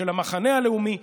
של המחנה הלאומי,